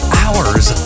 hours